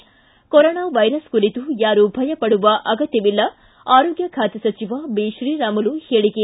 ಿ corona virus ಕುರಿತು ಯಾರೂ ಭಯ ಪಡುವ ಅಗತ್ಯವಿಲ್ಲ ಆರೋಗ್ಯ ಖಾತೆ ಸಚಿವ ಬಿತ್ರೀರಾಮುಲು ಹೇಳಿಕೆ